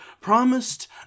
Promised